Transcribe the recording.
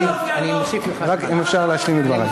היושב-ראש,